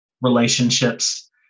relationships